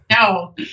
No